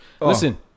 Listen